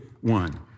one